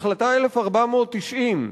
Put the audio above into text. החלטה 1490,